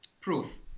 proof